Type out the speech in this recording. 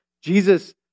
Jesus